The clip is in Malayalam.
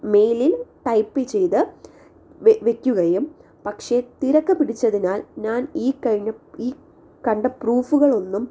മെയിലിൽ ടൈപ്പ് ചെയ്ത് വെയ്ക്കുകയും പക്ഷേ തിരക്ക് പിടിച്ചതിനാൽ ഞാൻ ഈ കഴിഞ്ഞ ഈ കണ്ട പ്രൂഫുകളൊന്നും